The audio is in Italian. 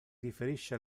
riferisce